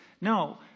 No